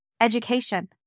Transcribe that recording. education